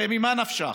הרי ממה נפשך,